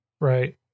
Right